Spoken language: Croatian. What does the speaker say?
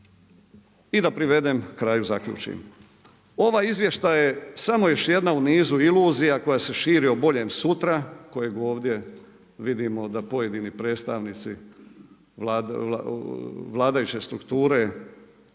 I da privedem kraju, zaključim. Ovaj izvještaj je samo još jedna u nizu iluzija koja se širi o boljem sutra, kojeg ovdje, vidimo da pojedini predstavnici vladajuće strukture